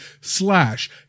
slash